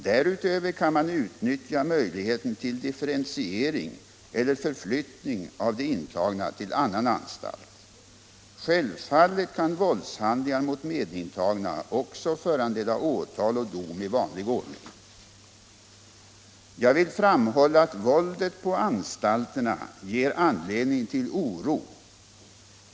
Därutöver kan man utnyttja möjligheten till differentiering eller förflyttning av de intagna till annan anstalt. Självfallet kan våldshandlingar mot medintagna också föranleda åtal och dom i vanlig ordning. Jag vill framhålla att våldet på anstalterna ger anledning till oro.